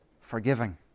forgiving